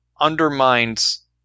undermines